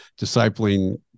discipling